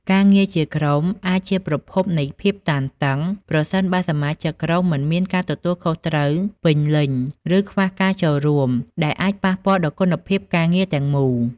ការងារជាក្រុមអាចជាប្រភពនៃភាពតានតឹង ប្រសិនបើសមាជិកក្រុមមិនមានការទទួលខុសត្រូវពេញលេញ ឬខ្វះការចូលរួម ដែលអាចប៉ះពាល់ដល់គុណភាពការងារទាំងមូល។